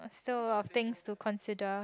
so a lot of things to consider